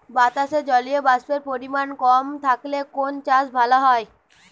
বাতাসে জলীয়বাষ্পের পরিমাণ কম থাকলে কোন চাষ ভালো হয়?